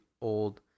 old